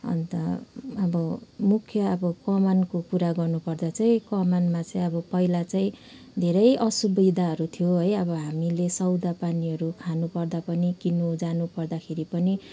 अन्त अब मुख्य अब कमानको कुरा गर्नुपर्दा चाहिँ कमानमा चाहिँ अब पहिला चाहिँ धेरै असुविधाहरू थियो है अब हामीले सौदापानीहरू खानुपर्दा पनि किन्नु जानुपर्दाखेरि पनि